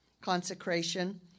consecration